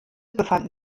befanden